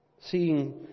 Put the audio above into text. Seeing